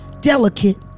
delicate